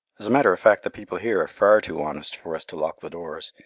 as a matter of fact the people here are far too honest for us to lock the doors.